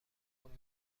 گفت